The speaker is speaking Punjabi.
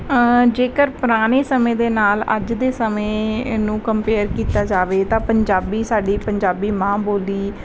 ਜੇਕਰ ਪੁਰਾਣੇ ਸਮੇਂ ਦੇ ਨਾਲ ਅੱਜ ਦੇ ਸਮੇਂ ਨੂੰ ਕੰਪੇਅਰ ਕੀਤਾ ਜਾਵੇ ਤਾਂ ਪੰਜਾਬੀ ਸਾਡੀ ਪੰਜਾਬੀ ਮਾਂ ਬੋਲੀ